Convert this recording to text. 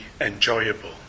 enjoyable